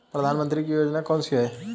प्रधानमंत्री की योजनाएं कौन कौन सी हैं?